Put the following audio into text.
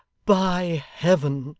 by heaven